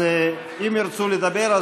אם ירצו לדבר,